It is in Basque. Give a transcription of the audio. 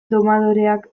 domadoreak